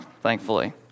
thankfully